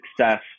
success